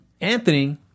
Anthony